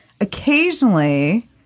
Occasionally